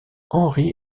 henry